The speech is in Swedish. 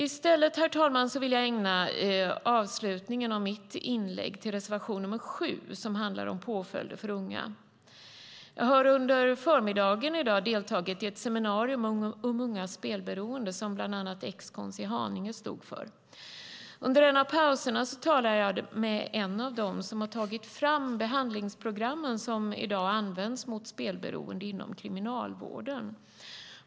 I stället, herr talman, vill jag ägna avslutningen av mitt inlägg åt reservation nr 7, som handlar om påföljder för unga. Jag har under förmiddagen i dag deltagit i ett seminarium om ungas spelberoende som bland annat X-Cons i Haninge stod för. Under en av pauserna talade jag med en av dem som har tagit fram de behandlingsprogram som i dag används mot spelberoende inom kriminalvården.